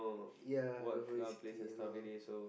ya the holy city and all